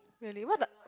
really what the